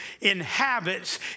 inhabits